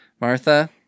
Martha